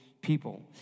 people